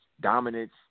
Dominance